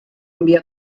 envia